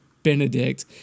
Benedict